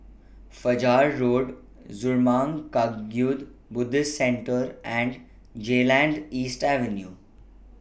Fajar Road Zurmang Kagyud Buddhist Centre and Geylang East Avenue